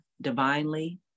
divinely